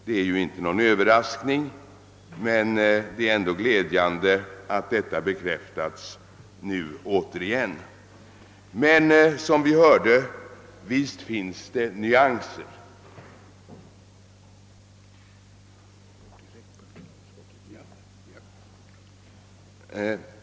Detta är ju ingen Överraskning, men det är glädjande att den saken än en gång har bekräftats. Som vi hörde finns det emellertid åndå en del nyanser i uppfattningarna.